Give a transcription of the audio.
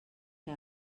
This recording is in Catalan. que